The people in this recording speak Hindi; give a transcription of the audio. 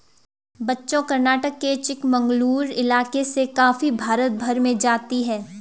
बच्चों कर्नाटक के चिकमंगलूर इलाके से कॉफी भारत भर में जाती है